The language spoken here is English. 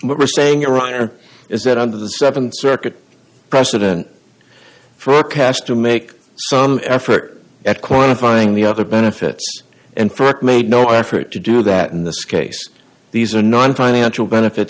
what we're saying iran or is that under the seven circuit precedent forecast to make some effort at quantifying the other benefits and st made no effort to do that in this case these are not financial benefits